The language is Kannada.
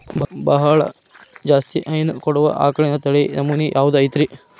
ಬಹಳ ಜಾಸ್ತಿ ಹೈನು ಕೊಡುವ ಆಕಳಿನ ತಳಿ ನಮೂನೆ ಯಾವ್ದ ಐತ್ರಿ?